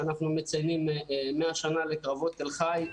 כשאנחנו מציינים 100 שנה לקרבות תל חי,